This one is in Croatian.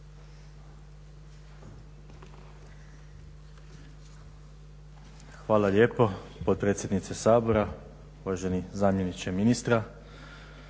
Hvala lijepo potpredsjednice Sabora, uvaženi zamjeniče ministra.